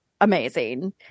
amazing